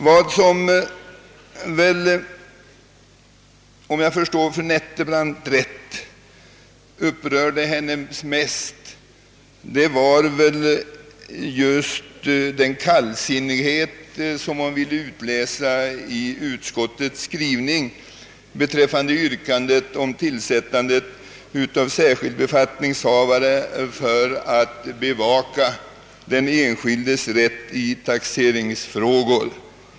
Vad som väl, om jag förstår fru Nettelbrandt rätt, upprörde henne mest var den kallsinnighet som hon ville utläsa ur utskottets skrivning beträffande yrkandet om tillsättandet av en särskild befattningshavare för att bevaka den enskildes rätt i taxeringsfrågor.